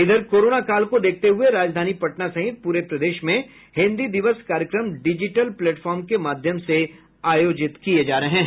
इधर कोरोना काल को देखते हुये राजधानी पटना सहित पूरे प्रदेश में हिन्दी दिवस कार्यक्रम डिजिटल प्लेटफार्म के माध्यम से आयोजित किये जा रहे हैं